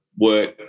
work